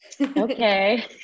Okay